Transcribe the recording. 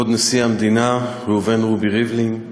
כבוד נשיא המדינה ראובן רובי ריבלין,